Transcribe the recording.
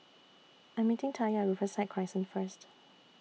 I'm meeting Taya At Riverside Crescent First